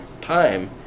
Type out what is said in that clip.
time